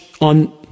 on